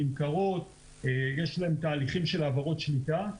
נמכרות ויש להם תהליכים של העברות שליטה,